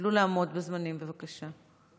תשתדלו לעמוד בזמנים, בבקשה.